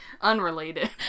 Unrelated